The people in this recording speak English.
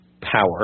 power